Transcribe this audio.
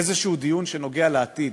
איזשהו דיון שנוגע לעתיד,